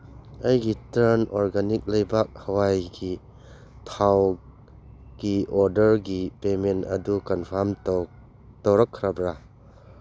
ꯑꯩꯒꯤ turn organic ꯂꯩꯕꯥꯛ ꯍꯋꯥꯏꯒꯤ ꯊꯥꯎꯒꯤ ꯑꯣꯔꯗꯔꯒꯤ ꯄꯦꯃꯦꯟ ꯑꯗꯨ ꯀꯟꯐꯥꯝ ꯇꯧꯔꯛꯈ꯭ꯔꯕ꯭ꯔ